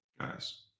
guys